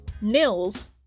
Nils